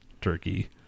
Turkey